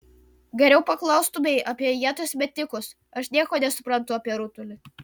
geriau paklaustumei apie ieties metikus aš nieko nesuprantu apie rutulį